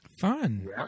Fun